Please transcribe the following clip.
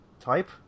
type